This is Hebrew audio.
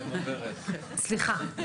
סליחה.